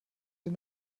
den